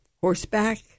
horseback